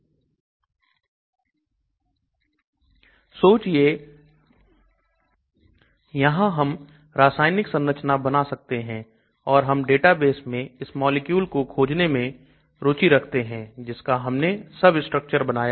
सोचिए हम एक संरचना बना रहे हैं यहां हम रासायनिक संरचना बना सकते हैं और हम डेटाबेस में इस मॉलिक्यूल को खोजने में रुचि रखते हैं जिसका हमने सब स्ट्रक्चर बनाया है